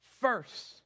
first